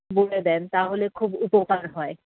বলে দেন তাহলে খুব উপকার হয়